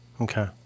Okay